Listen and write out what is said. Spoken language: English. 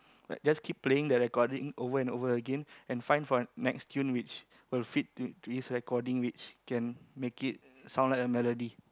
like just keep playing the recording over and over again and find for next tune which will fit to to this recording which can make it sound like a melody